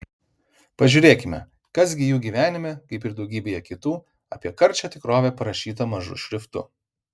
pažiūrėkime kas gi jų gyvenime kaip ir daugybėje kitų apie karčią tikrovę parašyta mažu šriftu